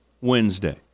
Wednesday